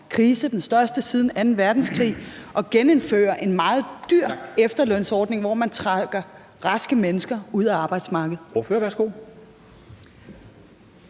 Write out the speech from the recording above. krise, den største siden anden verdenskrig, at genindføre en meget dyr efterlønsordning, hvor man trækker raske mennesker ud af arbejdsmarkedet?